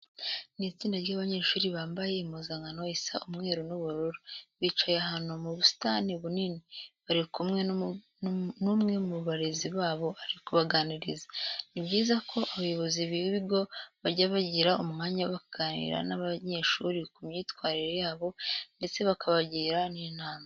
Ni itsinda ry'abanyeshuri bambaye impuzankano isa umweru n'ubururu. Bicaye ahantu mu busitani bunini, bari kumwe n'umwe mu barezi babo ari kubaganiriza. Ni byiza ko abayobozi b'ibigo bajya bagira umwanya bakaganira n'abanyeshuri ku myitwarire yabo ndetse bakabagira n'inama.